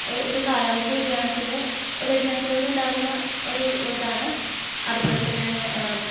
ഒരു കാലാവസ്ഥ വ്യതിയാനത്തിൻ്റെ വ്യതിയാനത്തിലൂടെ ഉണ്ടാകുന്ന ഒരു ഇതാണ് അതുപോലെതന്നെ